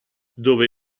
dove